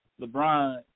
LeBron